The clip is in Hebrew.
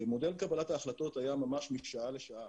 מודל קבלת ההחלטות היה ממש משעה לשעה.